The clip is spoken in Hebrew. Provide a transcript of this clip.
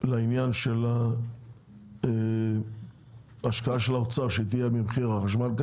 לעניין של ההשקעה שתהיה לאוצר במחיר החשמל,